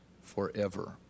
forever